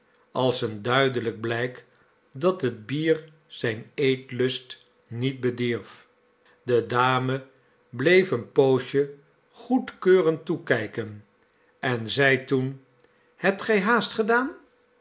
als een duidelijk blijk dat het bier zijn eetlust niet bedierf de dame bleef een poosje goedkeurend toekijken en zeide toen hebt gij haast gedaan